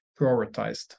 prioritized